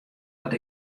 wat